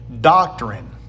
doctrine